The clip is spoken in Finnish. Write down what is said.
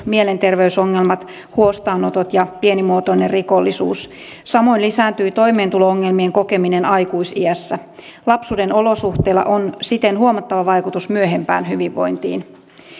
mielenterveysongelmat huostaanotot ja pienimuotoinen rikollisuus samoin lisääntyi toimeentulo ongelmien kokeminen aikuis iässä lapsuuden olosuhteilla on siten huomattava vaikutus myöhempään hyvinvointiin